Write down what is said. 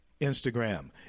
Instagram